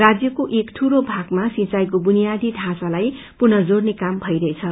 राज्यको एक ठूलो भागमा सिंचाइको बुनियादी ढाँचालाइ पुनः जोड़ने काम भईरहेछ